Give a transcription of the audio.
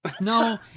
no